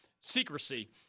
secrecy